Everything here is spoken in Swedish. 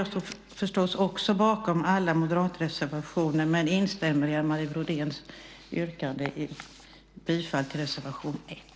Jag står naturligtvis också bakom alla moderatreservationer, men instämmer i Anne Marie Brodéns yrkande om bifall till reservation 1.